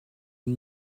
une